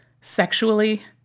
sexually